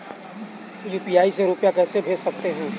UPI से रुपया कैसे भेज सकते हैं?